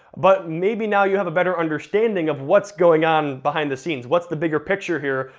but maybe now you have a better understanding of what's going on behind the scenes, what's the bigger picture here,